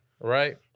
right